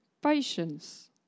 patience